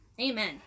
Amen